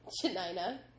Janina